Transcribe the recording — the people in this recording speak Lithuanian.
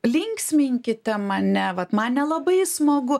linksminkite mane vat man nelabai smagu